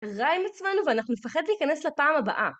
רע עם עצמנו ואנחנו נפחד להיכנס לפעם הבאה.